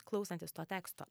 klausantis to teksto